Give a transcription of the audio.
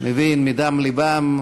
הם מדם לבך,